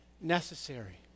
necessary